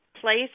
place